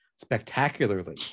Spectacularly